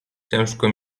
ciężko